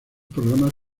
programas